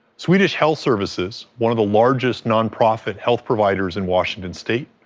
swedish health services, one of the largest non-profit health providers in washington state,